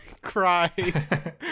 cry